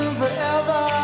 forever